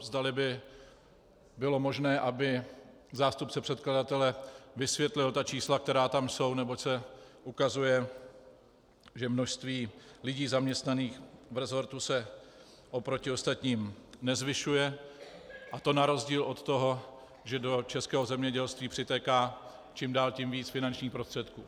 Zdali by bylo možné, aby zástupce předkladatele vysvětlil čísla, která tam jsou, neboť se ukazuje, že množství lidí zaměstnaných v resortu se oproti ostatním nezvyšuje, a to na rozdíl od toho, že do českého zemědělství přitéká čím dál tím víc finančních prostředků.